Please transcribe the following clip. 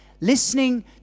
Listening